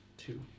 Two